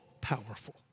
powerful